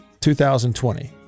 2020